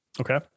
Okay